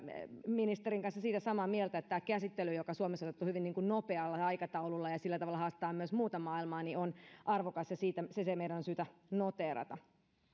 ministerin kanssa siitä samaa mieltä että tämä käsittely joka suomessa on otettu hyvin nopealla aikataululla ja sillä tavalla haastetaan myös muuta maailmaa on arvokas ja se se meidän on syytä noteerata